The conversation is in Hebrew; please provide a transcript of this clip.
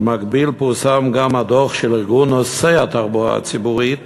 במקביל פורסם גם הדוח של ארגון נוסעי התחבורה הציבורית